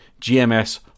GMS